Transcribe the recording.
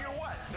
what